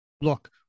Look